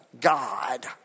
God